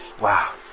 Wow